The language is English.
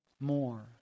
more